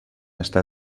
està